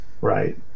right